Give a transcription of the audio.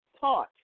taught